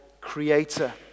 creator